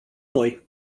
noi